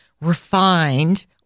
refined